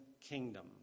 kingdom